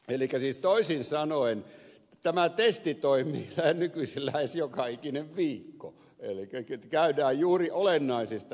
elikkä siis toisin sanoen tämä testi toimii nykyisin lähes joka ikinen viikko elikkä käydään juuri olennaisista asioita keskustelua